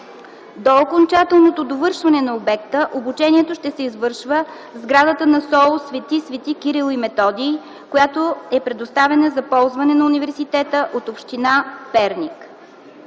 До окончателното довършване на обекта, обучението ще се извършва в сградата на СОУ „Св. Св. Кирил и Методий”, която е предоставена за ползване на университета от община Перник.